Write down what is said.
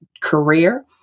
career